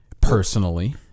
personally